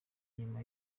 nyuma